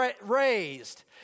raised